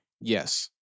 Yes